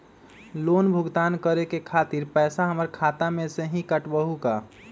Loan भुगतान करे के खातिर पैसा हमर खाता में से ही काटबहु का?